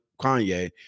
Kanye